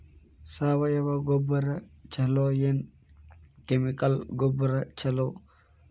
ಸಾವಯವ ಗೊಬ್ಬರ ಛಲೋ ಏನ್ ಕೆಮಿಕಲ್ ಗೊಬ್ಬರ ಛಲೋ?